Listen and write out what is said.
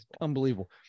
unbelievable